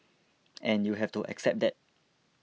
and you have to accept that